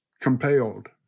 compelled